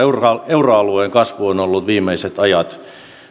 euroalueen kasvu on ollut viimeiset ajat